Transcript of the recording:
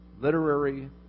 literary